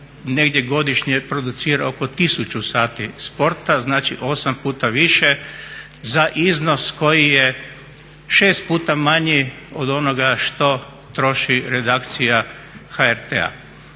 negdje godišnje producira oko 1000 sati sporta, znači 8 puta više za iznos koji je 6 puta manji od onoga što troši redakcija HRT-a.